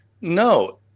No